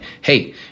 hey